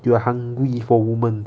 you are hungry for women